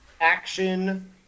action